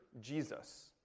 Jesus